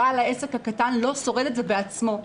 בעל העסק הקטן לא שורד את זה בעצמו.